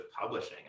publishing